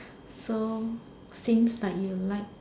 so since like you like